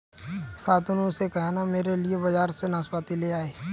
शांतनु से कहना मेरे लिए बाजार से नाशपाती ले आए